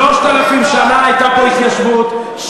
3,000 שנה הייתה פה התיישבות,